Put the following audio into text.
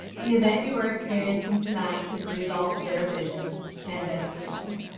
the event you are experiencing tonight is the result of their vision and dedication.